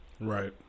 Right